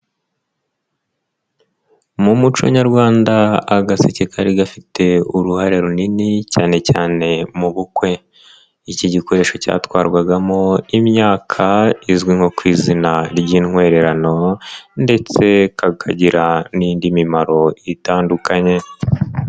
Mu muco nyarwanda agaseke kari gafite uruhare runini cyane cyane mu bukwe. Iki gikoresho cyatwarwagamo imyaka izwi nko ku izina ry'intwererano ndetse kakagira n'indi mimaro itandukanye.